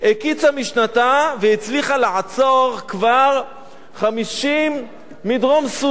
הקיצה משנתה והצליחה לעצור כבר 50 מדרום-סודן.